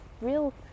real